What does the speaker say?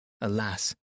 alas